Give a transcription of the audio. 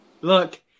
Look